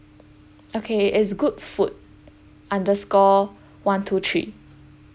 okay it's good food under score one two three